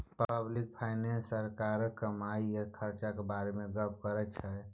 public finance सरकारक कमाई आ खरचाक बारे मे गप्प करै छै